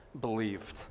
believed